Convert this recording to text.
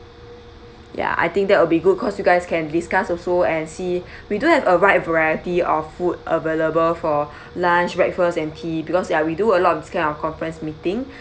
ya I think that will be good because you guys can discuss also and see we do have a wide variety of food available for lunch breakfast and tea because ya we do a lot of this kind of conference meeting